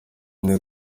ine